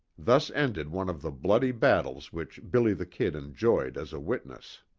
thus ended one of the bloody battles which billy the kid enjoyed as a witness.